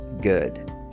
Good